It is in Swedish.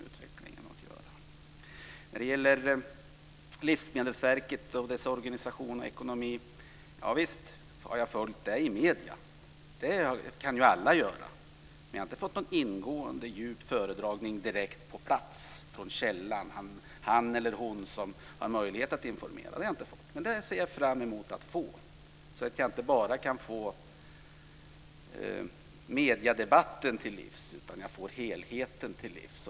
Visst har jag följt med i medierna om Livsmedelsverkets organisation och ekonomi. Det kan alla göra. Men jag har inte fått någon ingående djup föredragning direkt från källan av han eller hon som har möjlighet att informera. Det ser jag fram emot att få, så att jag inte bara får mediedebatten till livs utan att jag får helheten till livs.